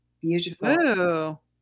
beautiful